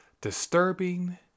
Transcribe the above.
Disturbing